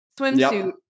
swimsuit